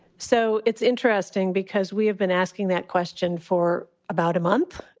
so it's interesting because we have been asking that question for about a month.